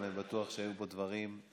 אבל אני בטוח שהיו פה דברים מעניינים.